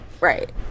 Right